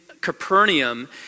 Capernaum